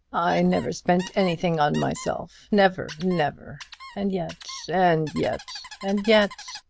i never spent anything on myself never, never and yet and yet and yet!